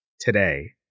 today